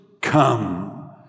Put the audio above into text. come